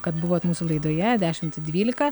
kad buvot mūsų laidoje dešimt dvylika